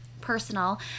personal